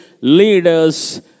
leaders